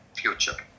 future